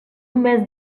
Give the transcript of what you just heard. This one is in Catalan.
mes